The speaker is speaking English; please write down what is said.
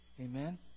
Amen